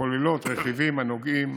הכוללות רכיבים הנוגעים